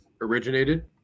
originated